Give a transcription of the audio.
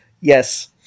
yes